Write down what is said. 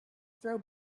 throw